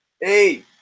hey